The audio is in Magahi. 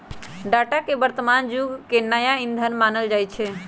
डाटा के वर्तमान जुग के नया ईंधन मानल जाई छै